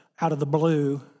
out-of-the-blue